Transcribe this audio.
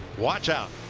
watch out